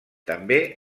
també